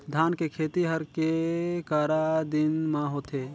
धान के खेती हर के करा दिन म होथे?